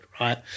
right